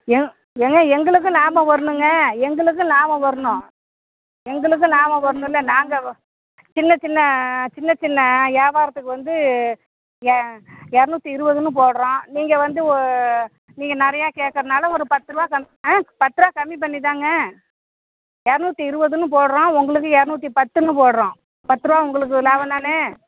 ஏன் ஏங்க எங்களுக்கும் லாபம் வர்ணுங்க எங்களுக்கும் லாபம் வர்ணும் எங்களுக்கும் லாபம் வர்ணும்ல நாங்கள் வ சின்ன சின்ன சின்ன சின்ன இயாவாரத்துக்கு வந்து ஏ இரநூத்தி இருபதுன்னு போடுறோம் நீங்கள் வந்து ஓ நீங்கள் நிறையா கேட்குறதுனால ஒரு பத்துரூவா கம் ஆ பத்துரூவா கம்மி பண்ணி தாங்க இரநூத்தி இருபதுன்னு போடுறோம் உங்களுக்கு இரநூத்தி பத்துன்னு போடுறோம் பத்துரூவா உங்களுக்கு லாபம் தானே